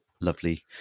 lovely